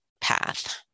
path